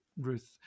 Ruth